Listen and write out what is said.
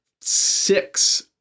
six